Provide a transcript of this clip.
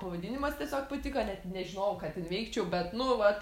pavadinimas tiesiog patiko net nežinojau ką ten veikčiau bet nu vat